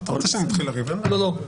אתה רוצה שאני אתחיל לריב, אין בעיה.